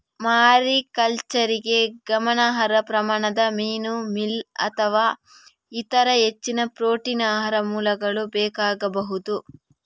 ಮಾರಿಕಲ್ಚರಿಗೆ ಗಮನಾರ್ಹ ಪ್ರಮಾಣದ ಮೀನು ಮೀಲ್ ಅಥವಾ ಇತರ ಹೆಚ್ಚಿನ ಪ್ರೋಟೀನ್ ಆಹಾರ ಮೂಲಗಳು ಬೇಕಾಗಬಹುದು